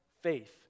faith